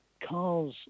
Cars